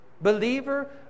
believer